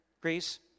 Greece